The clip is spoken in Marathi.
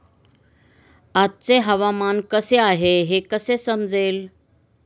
आजचे हवामान कसे आहे हे कसे समजेल?